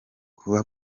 kuba